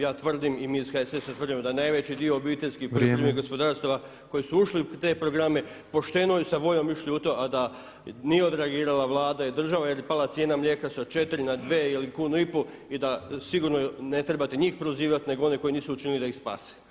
Ja tvrdim i mi iz HSS-a tvrdimo da najveći dio obiteljskih poljoprivrednih gospodarstava koji su ušli u te programe pošteno i sa voljom išli u to a da nije odreagirala Vlada i država, jer je pala cijena mlijeka sa 4 na 2 ili 1,5 kunu i da sigurno ne trebate njih prozivati nego one koji nisu učinili da ih spase.